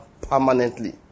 permanently